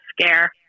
scare